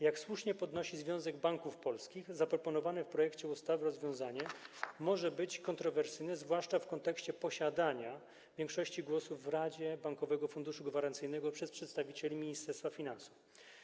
Jak słusznie podnosi Związek Banków Polskich, zaproponowane w projekcie ustawy rozwiązanie może być kontrowersyjne, zwłaszcza w kontekście posiadania większości głosów w radzie Bankowego Funduszu Gwarancyjnego przez przedstawicieli Ministerstwa Finansów.